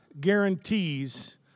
guarantees